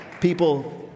people